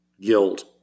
guilt